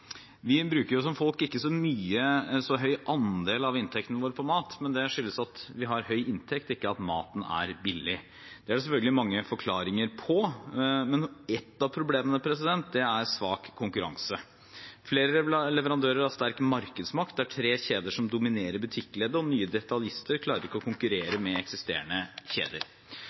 Vi i Norge bruker ikke en så høy andel av inntekten vår på mat, men det skyldes at vi har høy inntekt – ikke at maten er billig. Det er det selvfølgelig mange forklaringer på, men ett av problemene er svak konkurranse. Flere leverandører har sterk markedsmakt. Det er tre kjeder som dominerer butikkleddet, og nye detaljister klarer ikke å konkurrere med eksisterende kjeder.